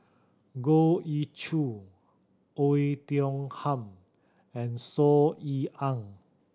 Goh Ee Choo Oei Tiong Ham and Saw Ean Ang